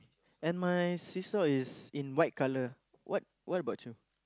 and my seesaw is in white colour what what about you